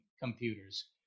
computers